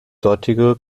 dortige